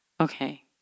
Okay